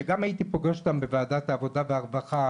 שגם הייתי פוגש אותם בוועדת עבודה ורווחה,